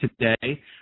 today